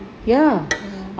ya